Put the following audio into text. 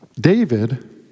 David